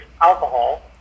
alcohol